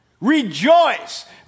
rejoice